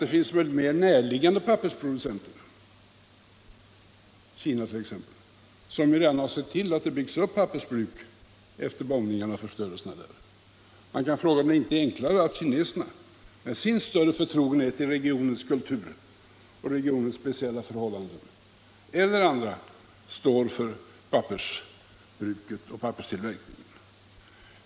Det finns mer närliggande pappersproducenter, t.ex. Kina, som gärna skulle se till att det byggs upp pappersbruk efter bombningarna och förstörelserna. Man kan fråga sig om det inte är enklare att kineserna med sitt sinne för regionens kulturer och regionens speciella förhållanden får stå för pappersbruket och papperstillverkningen.